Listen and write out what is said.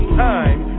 time